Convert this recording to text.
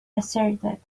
asserted